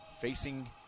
facing